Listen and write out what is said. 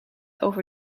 over